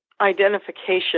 identification